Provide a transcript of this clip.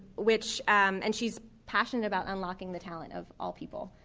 which and she's passionate about unlocking the talent of all people.